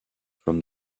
from